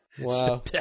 Wow